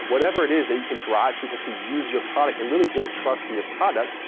whatever it is that you can drive people to use your product and really build trust in your product,